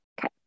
Okay